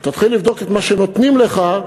תתחיל לבדוק את מה שנותנים לך,